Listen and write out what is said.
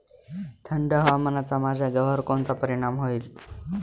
थंड हवामानाचा माझ्या गव्हावर कोणता परिणाम होईल?